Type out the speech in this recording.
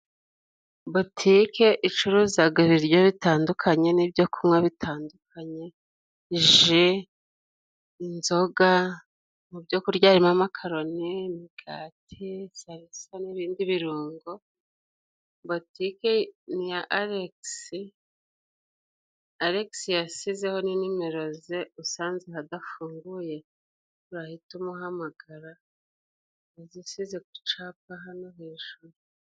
Botike icururuzaga ibiryo bitandukanye n'ibyokunywa bitandukanye, ji, inzoga mu byo kurya harimo amokaroni, imigati salisa n'ibindi birungo, botike ni iya Alegisi, Alegisi yasizeho na nimero ze, usanze hadafunguye urahita umuhamagara, yazisize ku capa hano hejuru.